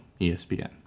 ESPN